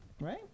Right